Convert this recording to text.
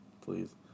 Please